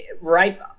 Right